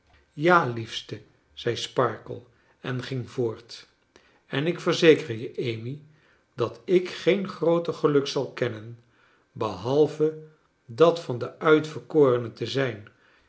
ja liefste zei sparkler en ging voort en ik verzeker je amy dat ik geen grooter geluk zal kennen behalve dat van de uitverkorene te zijn